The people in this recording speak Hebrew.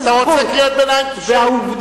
אתה רוצה קריאות ביניים, תשב.